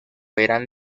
eran